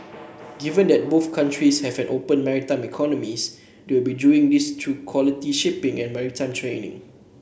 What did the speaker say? given that both countries have open maritime economies they will be doing this through quality shipping and maritime training